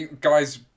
guys